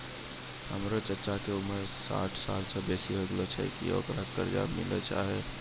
हमरो चच्चा के उमर साठ सालो से बेसी होय गेलो छै, कि ओकरा कर्जा मिलनाय सम्भव छै?